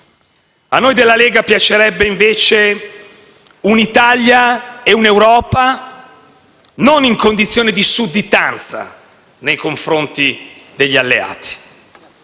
A noi della Lega piacerebbe, invece, un'Italia e un'Europa non in condizione di sudditanza nei confronti degli alleati,